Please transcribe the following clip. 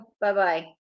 Bye-bye